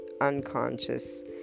unconscious